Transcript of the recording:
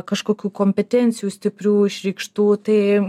kažkokių kompetencijų stiprių išreikštų tai